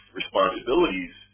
responsibilities